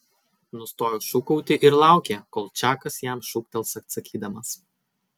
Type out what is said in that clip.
nustojo šūkauti ir laukė kol čakas jam šūktels atsakydamas